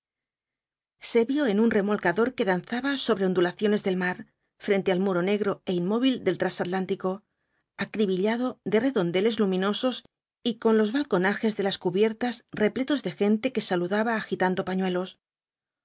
se vio en un remolcador que danzaba sobre las ondulaciones del mar frente al muro negro é inmóvil del trasatlántico acribillado de redondeles luminosos y con los balconajes de las cubiertas repletos de gente que saludaba agitando pañuelos